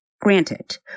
Granted